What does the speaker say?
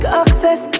access